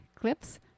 clips